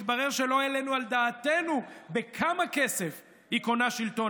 מתברר שלא העלינו על דעתנו בכמה כסף היא קונה שלטון,